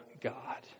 God